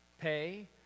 pay